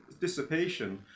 dissipation